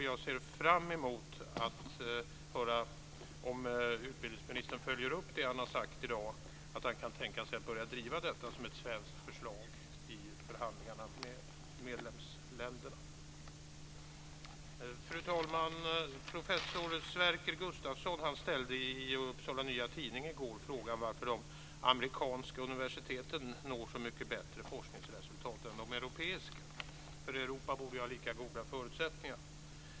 Jag ser fram emot att få höra om utbildningsministern följer upp det han har sagt i dag, att han kan tänka sig börja driva detta som ett svenskt förslag i förhandlingarna med medlemsländerna. Fru talman! Professor Sverker Gustavsson ställde i Upsala Nya Tidning i går frågan varför de amerikanska universiteten når så mycket bättre forskningsresultat än de europeiska. Europa borde ju ha lika goda förutsättningar.